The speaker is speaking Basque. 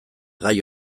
gai